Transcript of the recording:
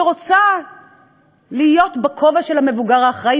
שרוצה להיות בכובע של המבוגר האחראי,